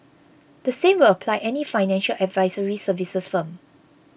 the same will apply any financial advisory services firm